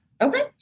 Okay